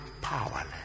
powerless